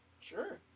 Sure